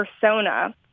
persona